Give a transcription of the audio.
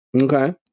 Okay